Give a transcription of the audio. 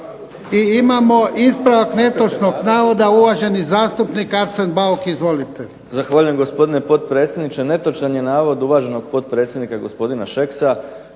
jedan ispravak netočnog navoda, uvaženi zastupnik Arsen Bauk. Izvolite.